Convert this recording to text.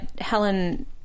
Helen